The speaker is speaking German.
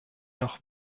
noch